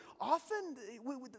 Often